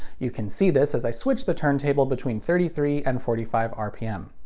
you can see this as i switch the turntable between thirty three and forty five rpm.